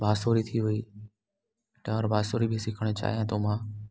बांसुरी थी वयी गिटार बांसुरी बि सिखणु चाहियां थो मां